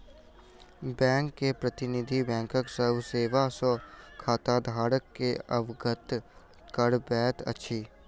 bank के प्रतिनिधि, बैंकक सभ सेवा सॅ खाताधारक के अवगत करबैत अछि